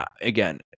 again